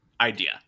idea